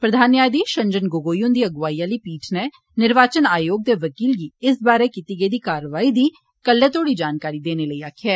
प्रघानमंत्री न्याधीश रंजन गोगोई हुंदी अगुवाई आहली पीठ नै निर्वाचन आयोग दे वकील गी इस बारै कीती गेदी कार्रवाई दी कल्लै तोड़ी जानकारी देने लेई आक्खेआ ऐ